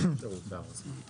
יש אפשרות להארכה.